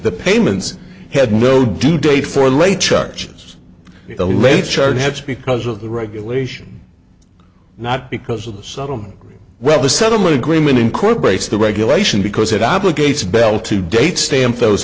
the payments had no due date for late charges a late charge that's because of the regulation not because of the settlement well the settlement agreement incorporates the regulation because it obligates bell to date stamped those